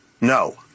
No